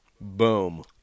Boom